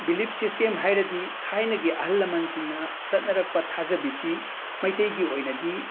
belief system ꯍꯥꯏꯔꯗꯤ ꯊꯥꯏꯅꯒꯤ ꯑꯍꯟ ꯂꯃꯟꯁꯤꯡꯅ ꯆꯠꯅꯔꯛꯄ ꯊꯥꯖꯕꯤꯁꯤ ꯃꯩꯇꯩꯒꯤ ꯑꯣꯏꯅꯗꯤ